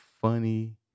funny